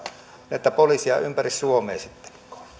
näitä poliiseja ympäri suomea